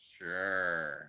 Sure